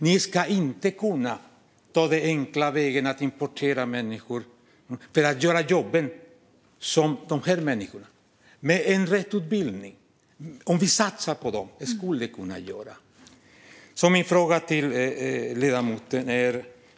De ska inte kunna ta den enkla vägen att importera människor som ska göra de jobb som dessa personer med rätt utbildning skulle kunna göra om vi satsar på dem.